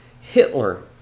Hitler